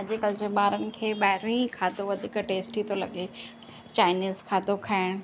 अॼुकल्ह जे ॿारनि खे ॿाहिरों ई खाधो वधीक टेस्टी थो लॻे चाइनीस खाधो खाइणु